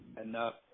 enough